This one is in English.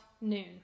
noon